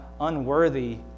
unworthy